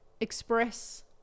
express